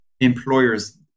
employers